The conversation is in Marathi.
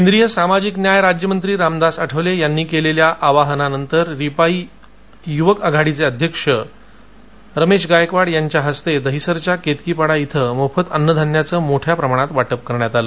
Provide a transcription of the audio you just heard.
केंद्रीय सामाजिक न्याय राज्यमंत्री रामदास आठवले यांनी केलेल्या आवाहनानंतर रिपाइं युवक आघाडीचे मुंबई अध्यक्ष रमेश गायकवाड यांच्या हस्ते दहिसरच्या केतकीपाडा इथं मोफत अन्नधान्याचं मोठ्या प्रमाणात वाटप करण्यात आलं